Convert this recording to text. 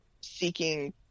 seeking